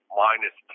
minus